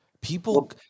People